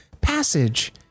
passage